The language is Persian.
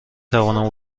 توانم